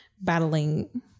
battling